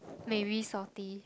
maybe salty